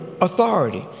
authority